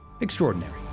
extraordinary